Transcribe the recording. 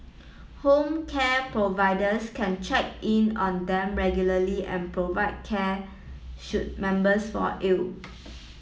home care providers can check in on them regularly and provide care should members fall ill